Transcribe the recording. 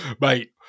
mate